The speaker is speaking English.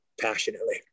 passionately